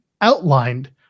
outlined